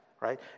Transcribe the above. right